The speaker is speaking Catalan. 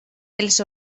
els